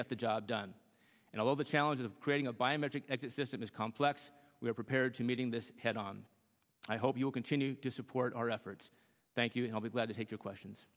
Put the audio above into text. get the job done and all the challenges of creating a biometric exit system is complex we are prepared to meeting this head on i hope you'll continue to support our efforts thank you and i'll be glad to take your questions